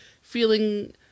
feeling